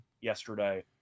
yesterday